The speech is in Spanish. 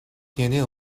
tiene